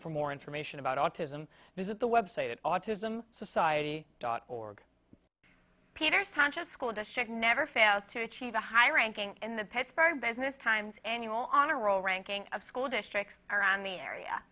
for more information about autism visit the web site at autism society dot org peter's conscious school district never fails to achieve a high ranking in the pittsburgh business times annual honor roll ranking of school districts around the area